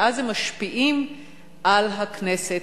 ואז הם משפיעים על הכנסת,